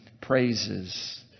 praises